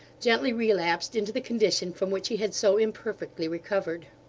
gently relapsed into the condition from which he had so imperfectly recovered.